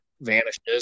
Vanishes